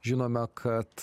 žinome kad